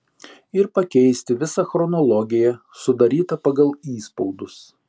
ir pakeisti visą chronologiją sudarytą pagal įspaudus